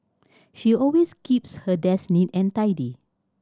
she always keeps her desk neat and tidy